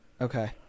Okay